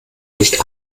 nicht